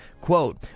Quote